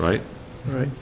right right